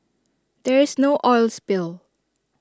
there is no oil spill